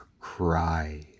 cry